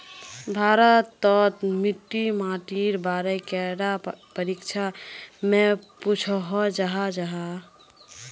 भारत तोत मिट्टी माटिर बारे कैडा परीक्षा में पुछोहो जाहा जाहा?